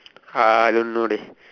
uh I don't know dey